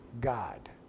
God